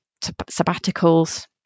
sabbaticals